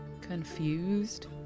Confused